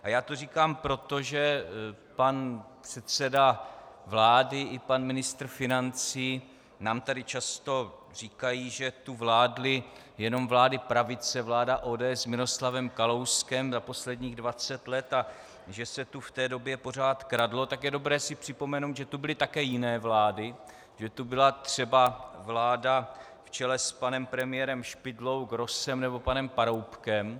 A já to říkám proto, že pan předseda vlády i pan ministr financí nám tady často říkají, že tu vládly jenom vlády pravice, vláda ODS s Miroslavem Kalouskem za posledních 20 let, a že se tu v té době pořád kradlo, tak je dobré si připomenout, že tu byly také jiné vlády, že tu byla třeba vláda v čele s panem premiérem Špidlou, Grossem nebo panem Paroubkem.